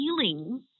healing